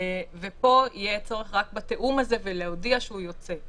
ופה יהיה צורך רק בתיאום הזה ולהודיע שהוא יוצא.